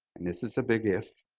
and this is a big if,